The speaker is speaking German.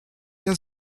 der